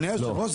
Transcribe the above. אדוני היושב-ראש,